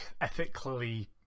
ethically